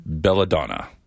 belladonna